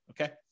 Okay